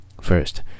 First